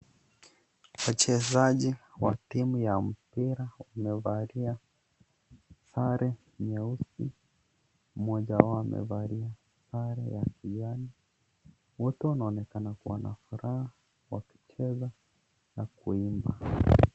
Wachezaji wa timu ya mpira wamevalia sare nyeusi, mmoja wao amevalia sare ya kijani. Wote wanaonekana kuwa na furaha wakicheza na kuimba.